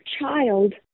child